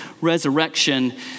resurrection